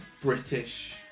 British